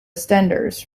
standards